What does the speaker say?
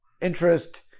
interest